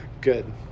Good